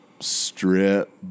strip